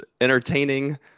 entertaining